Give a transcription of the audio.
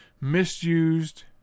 Misused